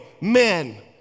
men